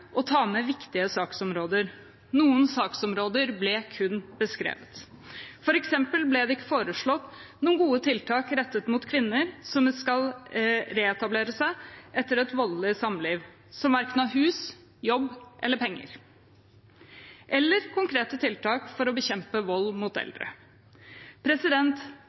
ta med viktige saksområder. Noen saksområder ble kun beskrevet. For eksempel ble det ikke foreslått noen gode tiltak rettet mot kvinner som skal reetablere seg etter et voldelig samliv, og som verken har hus, jobb eller penger, eller konkrete tiltak for å bekjempe vold mot eldre.